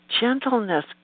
gentleness